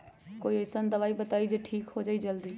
कोई अईसन दवाई बताई जे से ठीक हो जई जल्दी?